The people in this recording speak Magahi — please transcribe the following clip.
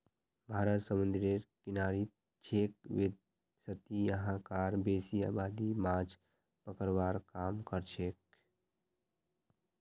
भारत समूंदरेर किनारित छेक वैदसती यहां कार बेसी आबादी माछ पकड़वार काम करछेक